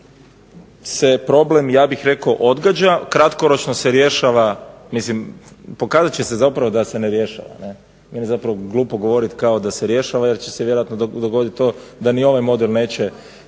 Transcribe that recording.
se problem odgađa, kratkoročno se rješava mislim pokazat će se zapravo da se ne rješava. Meni je zapravo glupo govoriti da se rješava jer će se vjerojatno dogoditi to da i ni ovaj model neće